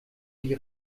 die